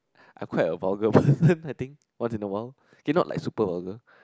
I quite a super vulgar person I think once in a while cannot like super vulgar